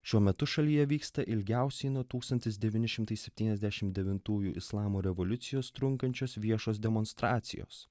šiuo metu šalyje vyksta ilgiausiai nuo tūkstantis devyni šimtai septyniasdešim devintųjų islamo revoliucijos trunkančios viešos demonstracijos